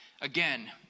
again